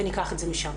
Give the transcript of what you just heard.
וניקח את זה משם.